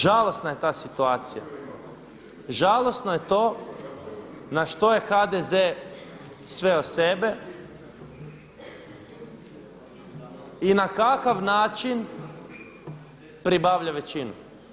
Žalosna je ta situacija, žalosno je to na što je HDZ sveo sebe i na kakav način pribavlja većinu.